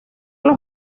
los